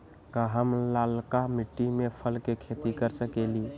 का हम लालका मिट्टी में फल के खेती कर सकेली?